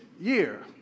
year